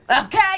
Okay